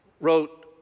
Wrote